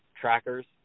Trackers